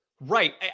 Right